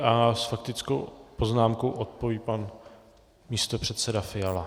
A s faktickou poznámkou odpoví pan místopředseda Fiala.